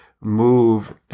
move